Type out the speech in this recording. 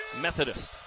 Methodist